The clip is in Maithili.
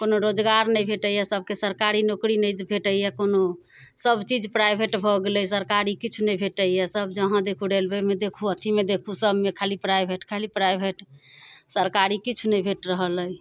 कोनो रोजगार नहि भेटैय सबके सरकारी नौकरी नहि भेटैय कोनो सब चीज प्राइवेट भऽ गेलै सरकारी किछु नहि भेटैय सब जहाँ देखू रेलवेमे देखू अथीमे देखू सबमे खाली प्राइवेट खाली प्राइवेट सरकारी किछु नहि भेट रहल अइ